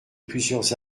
plusieurs